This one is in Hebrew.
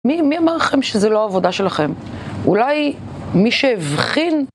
מי אמר לכם שזו לא העבודה שלכם? אולי מי שהבחין...